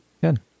Good